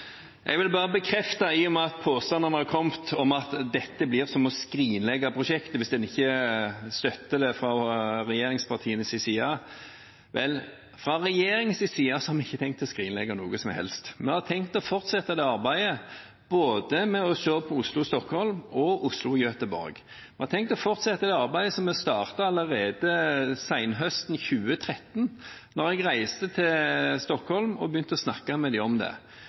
Jeg har telt nøye, og det er flere opposisjonspolitikere som har treminuttere igjen ennå. I og med at det har kommet påstander om at det er det samme som å skrinlegge prosjektet hvis en ikke støtter det fra regjeringspartienes side, vil jeg bare bekrefte at vi ikke har tenkt å skrinlegge noe som helst. Vi har tenkt å fortsette arbeidet med å se på Oslo–Stockholm og Oslo–Göteborg. Vi har tenkt å fortsette arbeidet som vi startet allerede senhøsten 2013, da jeg reiste til Stockholm og begynte å snakke med dem om det.